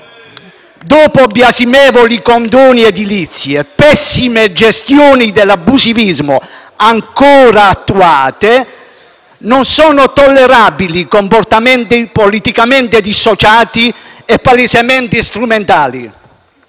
Dopo biasimevoli condoni edilizi e pessime ge- stioni dell’abusivismo - ancora in atto - non sono tollerabili comportamenti politicamente dissociati e palesemente strumentali.